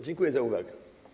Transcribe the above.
Dziękuję za uwagę.